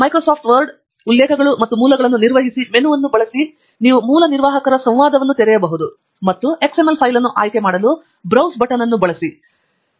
Microsoft Word ಉಲ್ಲೇಖಗಳು ಮತ್ತು ಮೂಲಗಳನ್ನು ನಿರ್ವಹಿಸಿ ಮೆನುವನ್ನು ಬಳಸಿ ನೀವು ಮೂಲ ನಿರ್ವಾಹಕ ಸಂವಾದವನ್ನು ತೆರೆಯಬಹುದು ಮತ್ತು XML ಫೈಲ್ ಅನ್ನು ಆಯ್ಕೆ ಮಾಡಲು ಬ್ರೌಸ್ ಬಟನ್ ಅನ್ನು ಬಳಸಬಹುದು